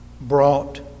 brought